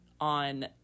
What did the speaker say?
on